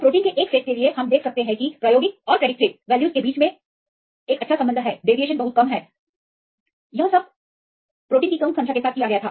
protein के एक set के लिए हम देख सकते हैं कि यह प्रायोगिक और अनुमानित मूल्यों के बीच एक अच्छा संबंध है विचलन बहुत कम है यह प्रोटीन की कम संख्या के साथ किया गया था